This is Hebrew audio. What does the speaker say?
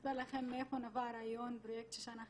לספר לכם מאיפה נבע הרעיון לפרויקט שושן החיים.